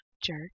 jerk